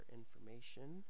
information